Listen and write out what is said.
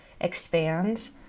expands